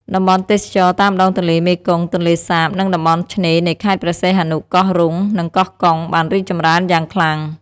តំបន់ទេសចរណ៍តាមដងទន្លេមេគង្គ ទន្លេសាប និងតំបន់ឆ្នេរនៃខេត្តព្រះសីហនុ កោះរ៉ុង និងកោះកុង បានរីកចម្រើនយ៉ាងខ្លាំង។